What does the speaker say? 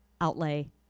outlay